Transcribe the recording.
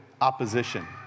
opposition